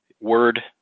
Word